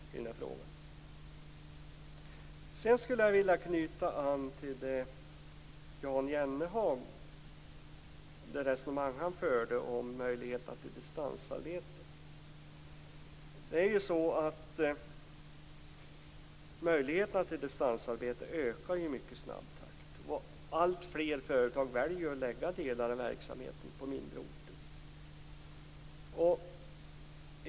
Jag skulle också vilja knyta an till det som Jan Möjligheterna till distansarbete ökar i mycket snabb takt, och alltfler företag väljer att lägga delar av verksamheten på mindre orter.